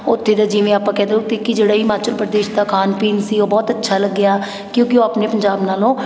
ਉੱਥੇ ਦਾ ਜਿਵੇਂ ਆਪਾਂ ਕਹਿ ਦੋ ਕਿਉਂਕਿ ਹਿਮਾਚਲ ਪ੍ਰਦੇਸ਼ ਦਾ ਖਾਣ ਪੀਣ ਸੀ ਓਹ ਬਹੁਤ ਅੱਛਾ ਲੱਗਿਆ ਕਿਉਂਕਿ ਉਹ ਆਪਣੇ ਪੰਜਾਬ ਨਾਲੋਂ